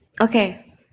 okay